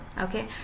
okay